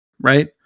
Right